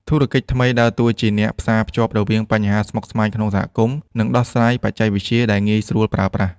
ធុរកិច្ចថ្មីដើរតួជាអ្នកផ្សារភ្ជាប់រវាងបញ្ហាស្មុគស្មាញក្នុងសហគមន៍ និងដំណោះស្រាយបច្ចេកវិទ្យាដែលងាយស្រួលប្រើប្រាស់។